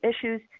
issues